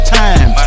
time